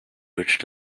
which